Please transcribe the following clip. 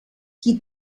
qui